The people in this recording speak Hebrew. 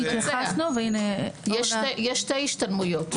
יש שתי השתלמויות.